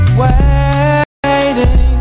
waiting